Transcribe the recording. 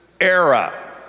era